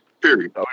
Period